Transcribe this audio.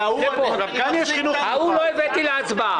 את הפנייה ההיא לא הבאתי להצבעה.